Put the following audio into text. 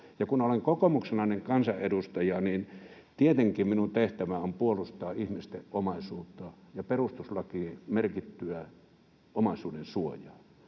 kun olen kokoomukselainen kansanedustaja, niin tietenkin minun tehtäväni on puolustaa ihmisten omaisuutta ja perustuslakiin merkittyä omaisuudensuojaa